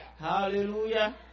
Hallelujah